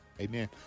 Amen